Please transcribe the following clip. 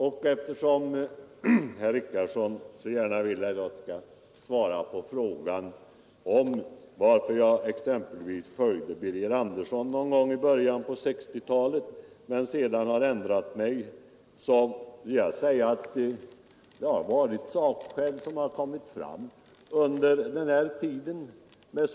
Sedan ville herr Richardson att jag skulle svara på frågan varför jag i början på 1960-talet följde Birger Andersson och varför jag nu har ändrat mig. Jag vill svara att orsaken har varit de sakskäl som framkommit under mellantiden.